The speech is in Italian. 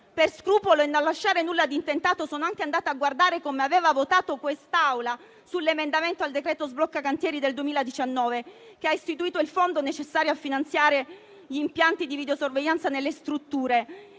Per scrupolo e per non lasciare nulla di intentato sono anche andata a guardare come aveva votato l'Assemblea sull'emendamento al decreto sblocca cantieri del 2019, che ha istituito il fondo necessario a finanziare gli impianti di videosorveglianza nelle strutture